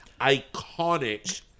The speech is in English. iconic